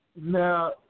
Now